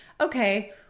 okay